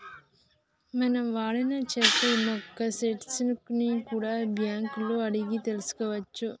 మనం వాడిన చెక్కు యొక్క స్టేటస్ ని కూడా బ్యేంకులలో అడిగి తెల్సుకోవచ్చు